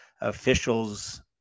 Officials